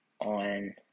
on